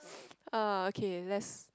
okay let's